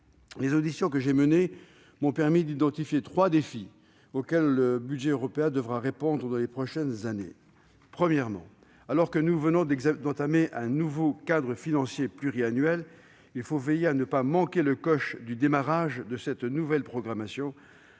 les auditions que j'ai menées m'ont permis d'identifier trois défis auxquels le budget européen devra répondre dans les prochaines années. Premièrement, alors qu'un nouveau cadre financier pluriannuel vient de s'ouvrir, il faut veiller à ne pas manquer le coche du démarrage de cette nouvelle programmation,